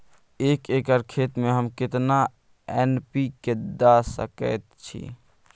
एक एकर खेत में हम केतना एन.पी.के द सकेत छी?